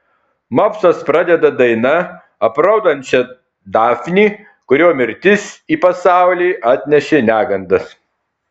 mopsas pradeda daina apraudančia dafnį kurio mirtis į pasaulį atnešė negandas